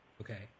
okay